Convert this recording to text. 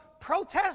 protest